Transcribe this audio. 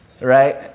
right